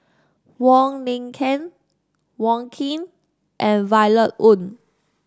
Wong Lin Ken Wong Keen and Violet Oon